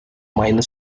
minor